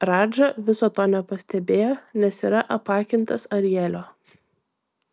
radža viso to nepastebėjo nes yra apakintas arielio